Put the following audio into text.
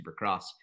supercross